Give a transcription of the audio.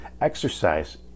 Exercise